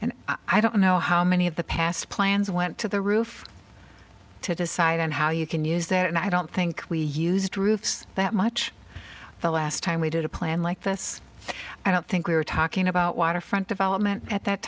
and i don't know how many of the past plans went to the roof to decide on how you can use that and i don't think we used roofs that much the last time we did a plan like this i don't think we were talking about waterfront development at that